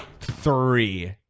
three